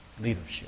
Leadership